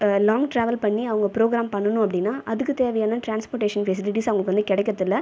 long travel பண்ணி அவங்க programme பண்ணனும் அப்படின்னா அதுக்கு தேவையான டிரான்ஸ்போர்ட்டேஷன் ஃபெசிலிட்டிஸ் அவங்களுக்கு வந்து கிடைக்கிறது இல்லை